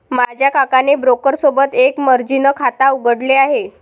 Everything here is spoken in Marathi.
माझ्या काकाने ब्रोकर सोबत एक मर्जीन खाता उघडले आहे